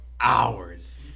hours